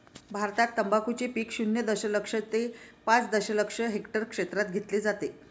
भारतात तंबाखूचे पीक शून्य दशलक्ष ते पाच दशलक्ष हेक्टर क्षेत्रात घेतले जाते